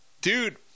dude